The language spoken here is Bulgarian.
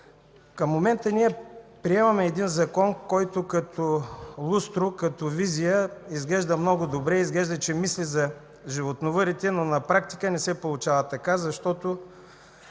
Към момента ние приемаме един Закон, който като лустро, като визия изглежда много добре, изглежда, че мисли за животновъдите, но на практика не се получава така, защото